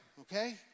Okay